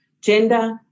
gender